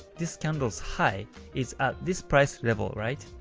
this candle's high is at this price level, right?